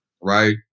right